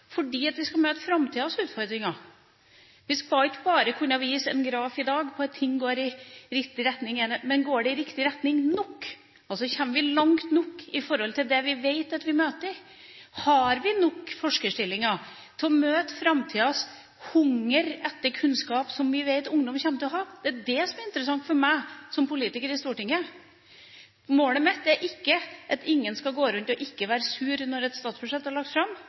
fordi vi skal møte framtidas utfordringer. Vi skal ikke bare kunne vise en graf i dag på at ting går i riktig retning – men går det i riktig retning nok? Kommer vi langt nok i forhold til det vi vet at vi møter? Har vi nok forskerstillinger til å møte framtidas hunger etter kunnskap, som vi vet ungdom kommer til å ha? Det er det som er interessant for meg som politiker på Stortinget. Målet mitt er ikke at ingen skal gå rundt og være sure når et statsbudsjett er lagt fram.